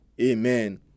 Amen